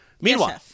meanwhile